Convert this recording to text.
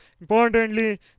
Importantly